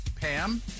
Pam